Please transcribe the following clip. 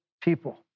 people